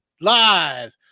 live